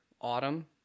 Autumn